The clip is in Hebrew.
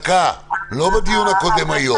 לא בדיון הקודם שהיה היום.